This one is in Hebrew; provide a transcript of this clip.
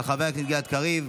של חבר הכנסת גלעד קריב,